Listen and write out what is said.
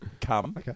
Come